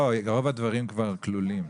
רוב הדברים כבר כלולים.